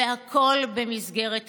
והכול במסגרת החוק.